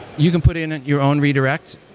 you can put in your own redirect.